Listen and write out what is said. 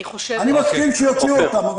אני מסכים שיוציאו אותם.